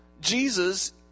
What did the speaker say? Jesus